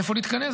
איפה להתכנס.